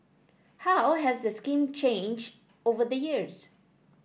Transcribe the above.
how has the scheme changed over the years